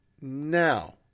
now